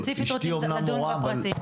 אשתי אמנם מורה,